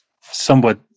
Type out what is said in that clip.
somewhat